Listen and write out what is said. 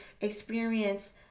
experience